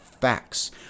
facts